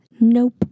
Nope